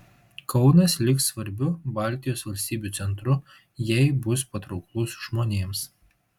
kaunas liks svarbiu baltijos valstybių centru jeigu bus patrauklus žmonėms